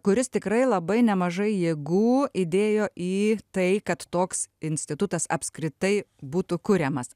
kuris tikrai labai nemažai jėgų įdėjo į tai kad toks institutas apskritai būtų kuriamas